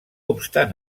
obstant